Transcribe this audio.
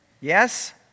Yes